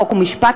חוק ומשפט.